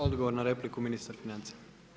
Odgovor na repliku, ministar financija.